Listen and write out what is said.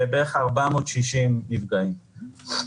לבערך 460 נפגעים.